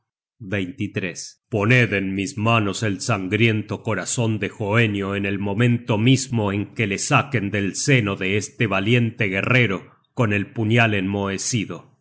oro poned en mis manos el sangriento corazon de hoenio en el momento mismo en que le saquen del seno de este valiente guerrero con el puñal